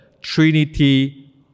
Trinity